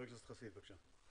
חבר הכנסת חסיד, בבקשה.